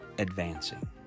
advancing